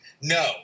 No